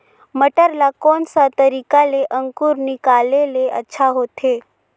मटर ला कोन सा तरीका ले अंकुर निकाले ले अच्छा होथे?